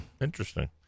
Interesting